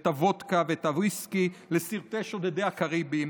את הוודקה ואת הוויסקי לסרטי שודדי הקאריביים.